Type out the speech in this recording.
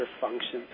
functions